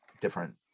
different